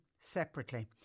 separately